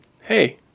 hey